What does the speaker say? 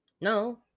No